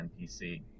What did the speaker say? NPC